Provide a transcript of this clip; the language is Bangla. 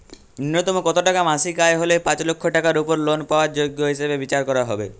ন্যুনতম কত টাকা মাসিক আয় হলে পাঁচ লক্ষ টাকার উপর লোন পাওয়ার যোগ্য হিসেবে বিচার করা হবে?